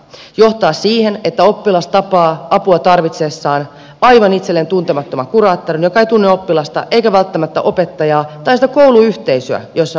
se johtaa siihen että oppilas tapaa apua tarvitessaan aivan itselleen tuntemattoman kuraattorin joka ei tunne oppilasta eikä välttämättä opettajaa tai sitä kouluyhteisöä jossa oppilas toimii